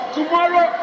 tomorrow